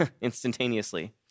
instantaneously